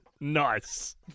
Nice